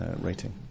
rating